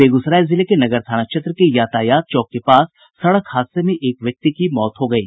बेगूसराय जिले के नगर थाना क्षेत्र के यातायात चौक के पास सड़क हादसे में एक व्यक्ति की मौत हो गयी